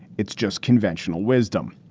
it's just conventional wisdom.